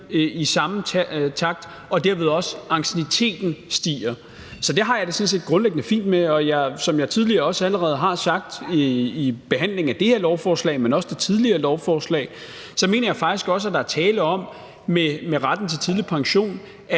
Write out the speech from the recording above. i samme takt og derved også ancienniteten. Så det har jeg det sådan set grundlæggende fint med. Og som jeg allerede tidligere har sagt under behandlingen af det her lovforslag, men også under behandlingen det tidligere lovforslag, så mener jeg faktisk også, at der med retten til tidlig pension